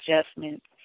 adjustments